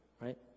right